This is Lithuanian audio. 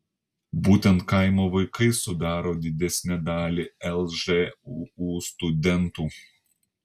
būtent kaimo vaikai sudaro didesnę dalį lžūu studentų